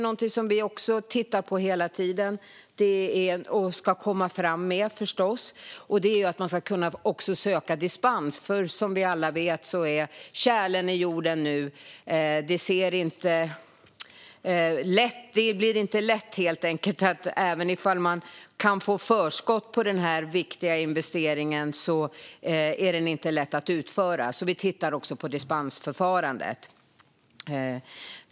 Något som vi tittar på hela tiden och där vi förstås ska komma framåt är att man ska kunna söka dispens. Som vi alla vet är det tjäle i jorden nu, så även om man kan få förskott blir det helt enkelt inte lätt att utföra den viktiga investeringen. Vi tittar därför på dispensförförandet.